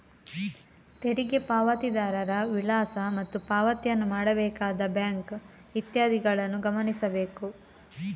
ತೆರಿಗೆ ಪಾವತಿದಾರರ ವಿಳಾಸ ಮತ್ತು ಪಾವತಿಯನ್ನು ಮಾಡಬೇಕಾದ ಬ್ಯಾಂಕ್ ಇತ್ಯಾದಿಗಳನ್ನು ಗಮನಿಸಬೇಕು